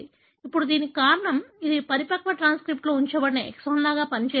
ఇప్పుడు దీనికి కారణం ఇది పరిపక్వ ట్రాన్స్క్రిప్ట్లో ఉంచబడిన ఎక్సాన్ లాగా పనిచేస్తుంది